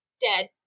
dead